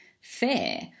fair